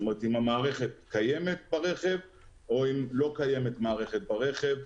אם המערכת קיימת או לא קיימת ברכב.